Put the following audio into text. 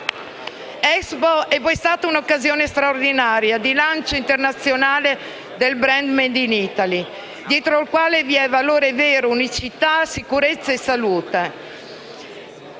Expo è stata un'occasione straordinaria di lancio internazionale del *brand made in Italy*, dietro al quale vi sono valore vero, unicità, sicurezza e salute.